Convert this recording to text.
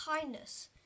kindness